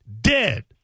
Dead